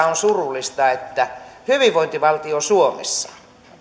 on surullista on se että hyvinvointivaltio suomessa